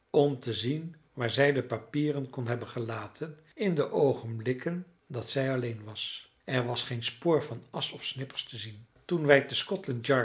om te zien waar zij de papieren kon hebben gelaten in de oogenblikken dat zij alleen was er was geen spoor van asch of snippers te zien toen wij te